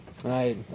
Right